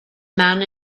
man